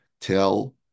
tell